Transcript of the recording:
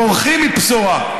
בורחים מבשורה.